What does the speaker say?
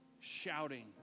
shouting